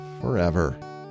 forever